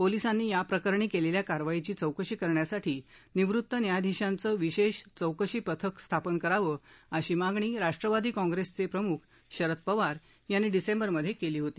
पोलिसांनी याप्रकरणी केलेल्या कारवाईची चौकशी करण्यासाठी निवृत्त न्यायाधीशांचं विशेष चौकशी पथक स्थापन करावं अशी मागणी राष्ट्रवादी काँग्रेसचे प्रमुख शरद पवार यांनी डिसेंबर मध्ये केली होती